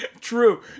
True